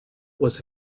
was